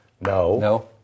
No